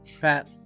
Pat